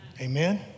Amen